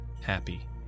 Happy